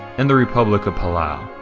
and the republic of palau.